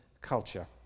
culture